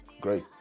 Great